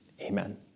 Amen